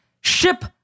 ship